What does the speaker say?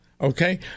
okay